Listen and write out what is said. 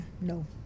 no